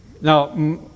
Now